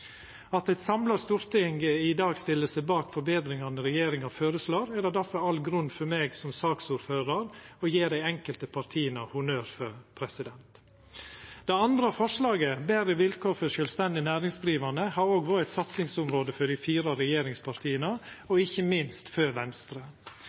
At eit samla storting i dag stiller seg bak forbetringane regjeringa føreslår, er det derfor all grunn for meg som saksordførar å gje dei enkelte partia honnør for. Det andre forslaget, betre vilkår for sjølvstendig næringsdrivande, har òg vore eit satsingsområde for dei fire regjeringspartia,